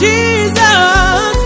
Jesus